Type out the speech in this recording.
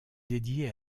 dédié